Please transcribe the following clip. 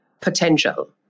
potential